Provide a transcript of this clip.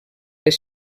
les